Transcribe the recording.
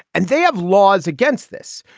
and they have laws against this.